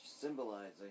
symbolizing